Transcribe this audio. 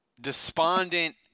despondent